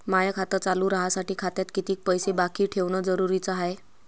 माय खातं चालू राहासाठी खात्यात कितीक पैसे बाकी ठेवणं जरुरीच हाय?